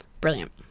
Brilliant